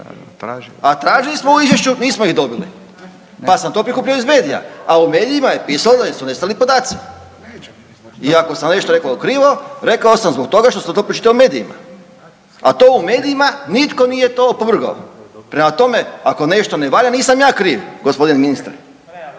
A tražili smo u Izvješću, nismo ih dobili pa sam to prikupio iz medija, a u medijima je pisalo da su nestali podaci. I ako sam nešto rekao krivo, rekao sam zbog toga što sam to pročitao u medijima, a to u medijima nitko nije to opovrgao, prema tome, ako nešto ne valja, nisam ja kriv, g. ministre.